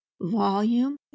Volume